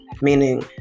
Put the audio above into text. meaning